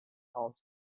caused